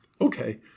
okay